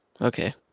Okay